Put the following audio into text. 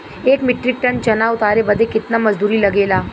एक metric tonne चना उतारे बदे कितना मजदूरी लगे ला?